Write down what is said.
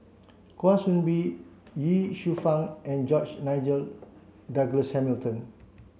Kwa Soon Bee Ye Shufang and George Nigel Douglas Hamilton